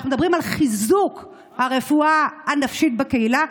אנחנו מדברים על חיזוק הרפואה הנפשית בקהילה,